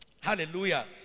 hallelujah